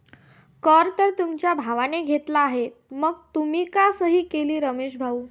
कर तर तुमच्या भावाने घेतला आहे मग तुम्ही का सही केली रमेश भाऊ?